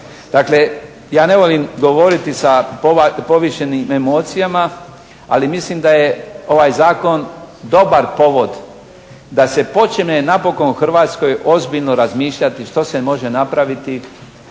Dakle ja ne volim govoriti sa povišenim emocijama, ali mislim da je ovaj zakon dobar povod da se počme napokon u Hrvatskoj ozbiljno razmišljati što se može napraviti